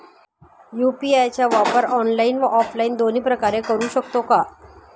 UPI चा वापर online व ऑफलाईन दोन्ही प्रकारे करु शकतो का?